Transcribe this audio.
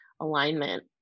alignment